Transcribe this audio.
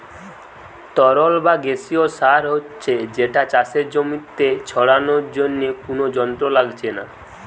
তরল বা গেসিও সার হচ্ছে যেটা চাষের জমিতে ছড়ানার জন্যে কুনো যন্ত্র লাগছে না